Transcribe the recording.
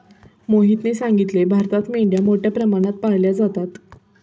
मोहितने सांगितले, भारतात मेंढ्या मोठ्या प्रमाणात पाळल्या जातात